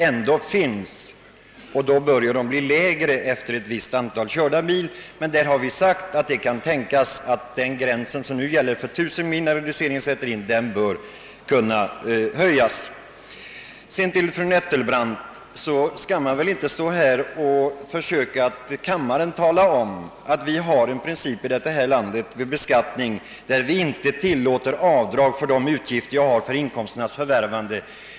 Kostnaderna bör därför bli lägre efter ett visst antal körda mil, Men vi har uttalat att det kan tänkas att den gräns som nu gäller — reduceringen sätter in efter 1000 mil — bör höjas. Till fru Nettelbrandt vill jag säga att man väl inte skall stå här och försöka att för kammaren tala om att vi i detta land vid beskattningen inte följer principen att tillåta avdrag för de utgifter man har för inkomsternas förvärvande.